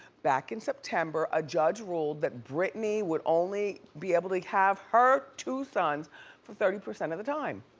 back in september a judge ruled that britney would only be able to have her two sons for thirty percent of the time.